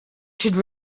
should